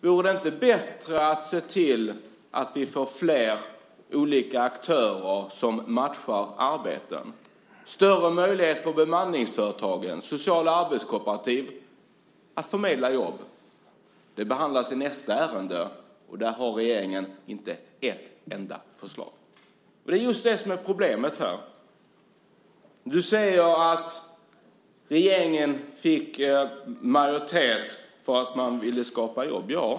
Vore det inte bättre att se till att vi får flera olika aktörer som matchar arbeten, att bemanningsföretag och sociala arbetskooperativ får större möjligheter att förmedla jobb? Detta behandlas i nästa ärende, och där har regeringen inte ett enda förslag. Det är just det som är problemet. Du säger att regeringen fick majoritet för att man ville skapa jobb.